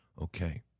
Okay